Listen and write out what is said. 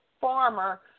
farmer